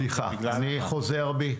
סליחה, אני חוזר בי.